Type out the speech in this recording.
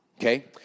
okay